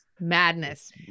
Madness